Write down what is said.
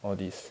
all this